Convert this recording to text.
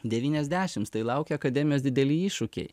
devyniasdešims tai laukia akademijos dideli iššūkiai